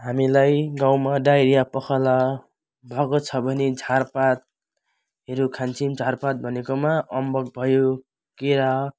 हामीलाई गाउँमा डाइरिया पखाला भएको छ भने झारपातहरू खान्छौँ झारपात भनेकोमा अम्बक भयो केरा